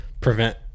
prevent